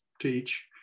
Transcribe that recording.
teach